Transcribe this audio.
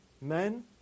men